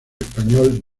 español